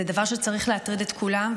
זה דבר שצריך להטריד את כולם,